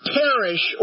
perish